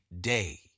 day